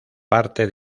parte